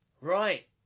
Right